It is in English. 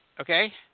Okay